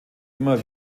immer